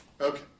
Okay